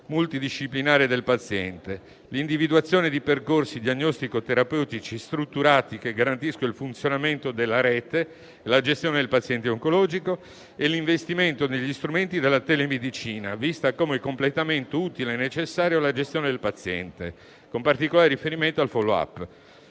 multidisciplinare del paziente, l'individuazione di percorsi diagnostico-terapeutici strutturati che garantiscano il funzionamento della rete e la gestione del paziente oncologico e l'investimento negli strumenti della telemedicina, vista come il completamento utile e necessario alla gestione del paziente, con particolare riferimento al *follow-up.*